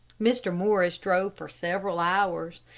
mr. morris drove for several hours,